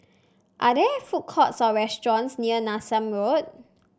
are there food courts or restaurants near Nassim Road